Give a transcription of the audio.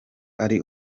ari